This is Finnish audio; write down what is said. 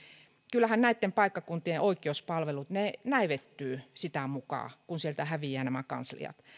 kyllähän näitten paikkakuntien oikeuspalvelut näivettyvät sitä mukaa kun sieltä häviävät nämä kansliat